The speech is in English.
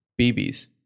BBs